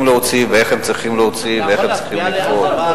להוציא ואיך הם צריכים להוציא ואיך הם צריכים לפעול.